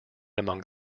among